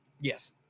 yes